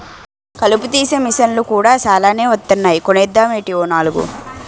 కలుపు తీసే మిసన్లు కూడా సాలానే వొత్తన్నాయ్ కొనేద్దామేటీ ఓ నాలుగు?